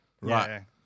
Right